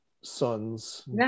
sons